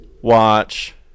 watch